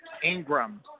Ingram